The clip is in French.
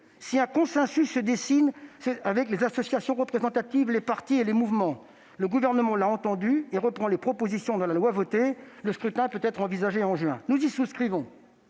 si un consensus se dessine avec les associations représentatives, les partis et les mouvements, le Gouvernement reprendra les propositions dans la loi qui sera votée. Le scrutin peut être envisagé en juin. Nous y sommes